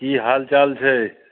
की हाल चाल छै